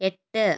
എട്ട്